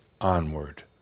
onward